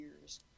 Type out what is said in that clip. years